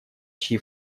чьи